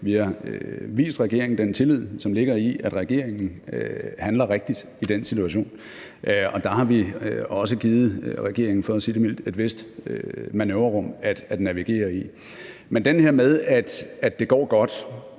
Vi har vist regeringen den tillid, som ligger i, at regeringen handler rigtigt i den situation. Og der har vi, for at sige det mildt, også givet regeringen et vist manøvrerum at navigere i. Men til det her med, at det går godt,